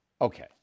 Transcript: Okay